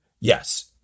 yes